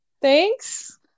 thanks